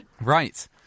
Right